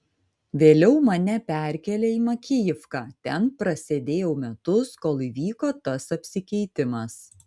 vėliau mane perkėlė į makijivką ten prasėdėjau metus kol įvyko tas apsikeitimas